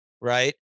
right